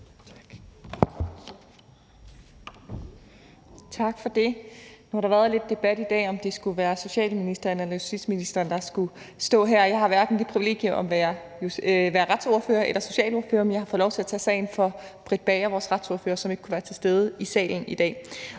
Tak for det. Nu har der været lidt debat i dag om, om det skulle være socialministeren eller justitsministeren, der skulle stå her. Jeg har ikke det privilegium at være socialordfører eller retsordfører, men jeg har fået lov til at tage sagen for Britt Bager, vores retsordfører, som ikke kunne være til stede i salen i dag.